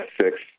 six